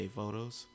photos